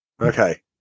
Okay